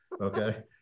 okay